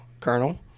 Colonel